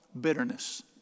Bitterness